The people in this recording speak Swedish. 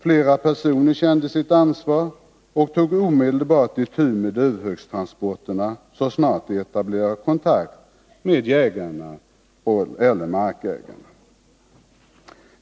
Flera personer har känt sitt ansvar och omedelbart tagit itu med duvhökstransporterna så snart de etablerat kontakt med jägaren eller markägaren.